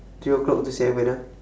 three o'clock to seven ah